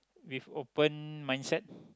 with open mindset